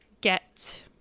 get